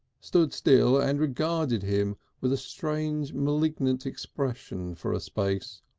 stood still and regarded him with a strange malignant expression for a space.